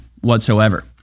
whatsoever